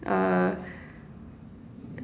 uh